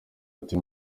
ati